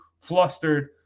flustered